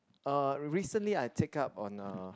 uh recently I take up on uh